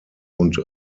und